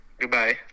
Goodbye